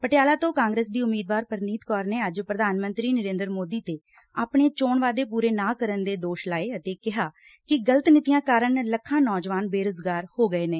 ਪਟਿਆਲਾ ਤੋਂ ਕਾਂਗਰਸ ਦੀ ਉਮੀਦਵਾਰ ਪਰਨੀਤ ਕੌਰ ਨੇ ਅੱਜ ਪ੍ਧਾਨ ਮੰਤਰੀ ਨਰੇਂਦਰ ਮੋਦੀ ਤੇ ਆਪਣੇ ਚੋਣ ਵਾਅਦੇ ਪੁਰੇ ਨਾ ਕਰਨ ਦੇ ਦੋਸ਼ ਲਾਏ ਅਤੇ ਕਿਹਾ ਕਿ ਗਲਤ ਨੀਤੀਆਂ ਕਾਰਨ ਲੱਖਾਂ ਨੌਜਵਾਨ ਬੇਰੁਜ਼ਗਾਰ ਹੋ ਗਏ ਨੇ